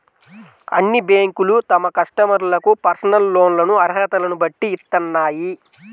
అన్ని బ్యేంకులూ తమ కస్టమర్లకు పర్సనల్ లోన్లను అర్హతలను బట్టి ఇత్తన్నాయి